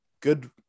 good